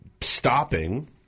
stopping